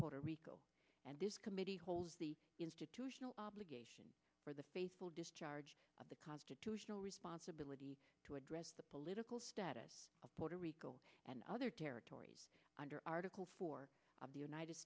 puerto rico and this committee holds the institutional obligation for the faithful discharge of the constitutional responsibility to address the political status of puerto rico and other territories under article four of the united